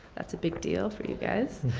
that's a big deal for you guys.